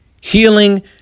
Healing